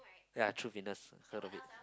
ya True Fitness heard of it